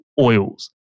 Oils